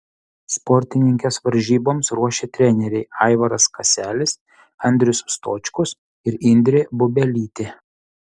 sportininkes varžyboms ruošė treneriai aivaras kaselis andrius stočkus ir indrė bubelytė